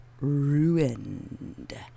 Ruined